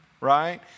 right